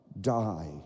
die